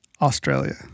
Australia